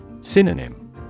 Synonym